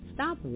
Stop